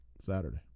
Saturday